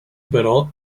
però